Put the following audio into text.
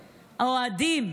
האוהדים,